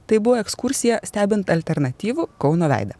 tai buvo ekskursija stebint alternatyvų kauno veidą